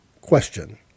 Question